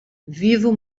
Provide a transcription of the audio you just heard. vivo